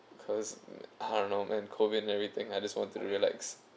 because and COVID everything I just want to relax